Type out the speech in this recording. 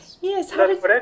Yes